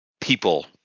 people